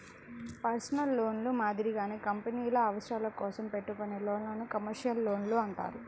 personal లోన్లు మాదిరిగానే కంపెనీల అవసరాల కోసం పెట్టుకునే లోన్లను కమర్షియల్ లోన్లు అంటారు